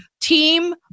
team